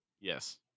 Yes